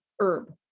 herb